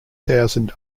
thousand